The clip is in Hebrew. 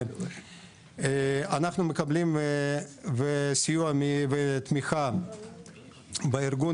אנחנו מקבלים סיוע ותמיכה בארגון,